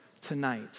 tonight